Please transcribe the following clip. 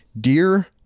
Dear